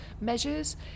measures